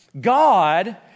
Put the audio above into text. God